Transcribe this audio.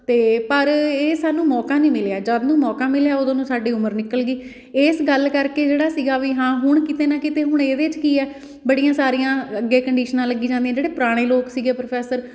ਅਤੇ ਪਰ ਇਹ ਸਾਨੂੰ ਮੌਕਾ ਨਹੀਂ ਮਿਲਿਆ ਜਦ ਨੂੰ ਮੌਕਾ ਮਿਲਿਆ ਉਦੋਂ ਨੂੰ ਸਾਡੀ ਉਮਰ ਨਿਕਲ ਗਈ ਇਸ ਗੱਲ ਕਰਕੇ ਜਿਹੜਾ ਸੀਗਾ ਵੀ ਹਾਂ ਹੁਣ ਕਿਤੇ ਨਾ ਕਿਤੇ ਹੁਣ ਇਹਦੇ 'ਚ ਕੀ ਹੈ ਬੜੀਆਂ ਸਾਰੀਆਂ ਅੱਗੇ ਕੰਡੀਸ਼ਨਾਂ ਲੱਗੀ ਜਾਂਦੀਆਂ ਜਿਹੜੇ ਪੁਰਾਣੇ ਲੋਕ ਸੀਗੇ ਪ੍ਰੋਫੈਸਰ